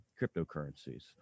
cryptocurrencies